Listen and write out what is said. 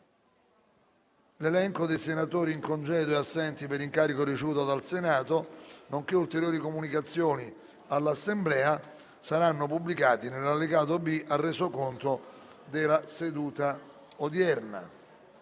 L'elenco dei senatori in congedo e assenti per incarico ricevuto dal Senato, nonché ulteriori comunicazioni all'Assemblea saranno pubblicati nell'allegato B al Resoconto della seduta odierna.